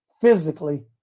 physically